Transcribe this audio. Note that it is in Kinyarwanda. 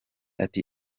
ati